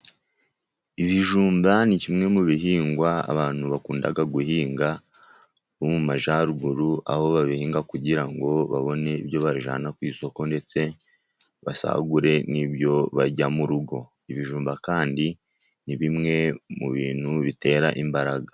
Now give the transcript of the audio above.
Ibijumba ni kimwe mu bihingwa abantu bakunda guhinga bo mu Majyaruguru, aho babihinga kugira ngo babone ibyo bajyana ku isoko, ndetse basagure n'ibyo barya mu rugo. Ibijumba kandi ni bimwe mu bintu bitera imbaraga.